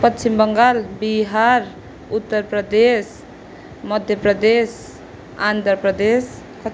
Paschim Bengal Bihar Uttar Pradesh Madhya Pradesh Andhra Pradesh